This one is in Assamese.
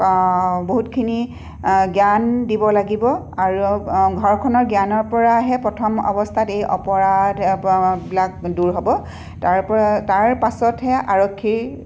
বহুতখিনি জ্ঞান দিব লাগিব আৰু ঘৰখনৰ জ্ঞানৰ পৰাহে প্ৰথম অৱস্থাত এই অপৰাধবিলাক দূৰ হ'ব তাৰপৰা তাৰপাছতহে আৰক্ষী